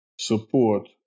support